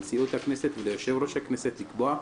לנשיאות הכנסת וליושב-ראש הכנסת לקבוע.